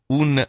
un